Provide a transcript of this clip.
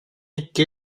икки